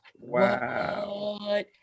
Wow